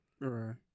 Right